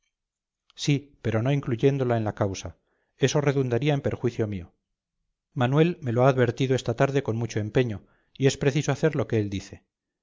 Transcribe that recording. sí pero no incluyéndola en la causa eso redundaría en perjuicio mío manuel me lo ha advertido esta tarde con mucho empeño y es preciso hacer lo que él dice